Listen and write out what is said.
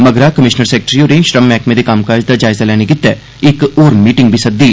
मगरा commissioner secretary होरें श्रम मैहकमे दे कम्मकाज दा जायजा लैने गितै इक होर मीटिंग बी लोआई